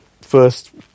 first